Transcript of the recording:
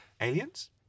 Aliens